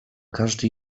każdy